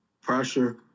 Pressure